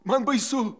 man baisu